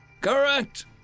Correct